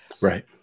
Right